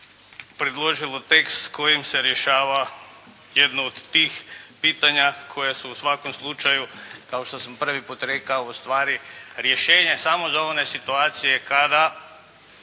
predložilo tekst s kojim se rješava jedno od tih pitanja koja su u svakom slučaju kao što sam prvi puta rekao, ustvari rješenje samo za one situacije kada